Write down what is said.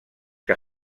que